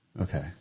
Okay